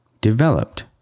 developed